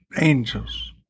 angels